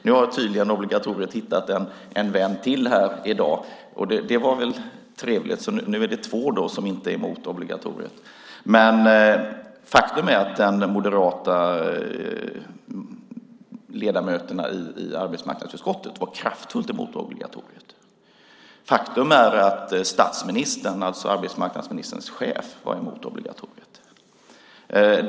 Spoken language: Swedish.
Nu har obligatoriet tydligen hittat en vän till här i dag, och det är väl trevligt - nu är det två som inte är emot obligatoriet. Faktum är att de moderata ledamöterna i arbetsmarknadsutskottet var kraftfullt emot obligatoriet. Faktum är att statsministern, alltså arbetsmarknadsministerns chef, var emot obligatoriet.